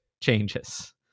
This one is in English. changes